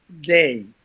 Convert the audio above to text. day